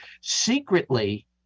Secretly